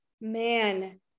man